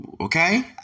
Okay